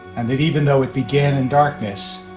and that even though it began in darkness,